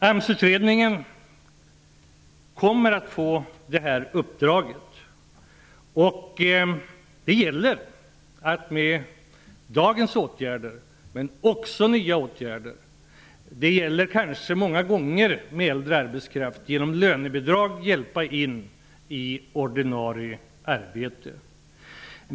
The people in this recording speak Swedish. AMS-utredningen kommer att få detta uppdrag. Det gäller att med dagens åtgärder och också med nya åtgärder -- det kan många gånger vara fråga om lönebidrag till äldre arbetskraft -- att hjälpa in utförsäkrade i ordinarie arbete.